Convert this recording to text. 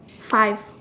five